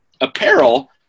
Apparel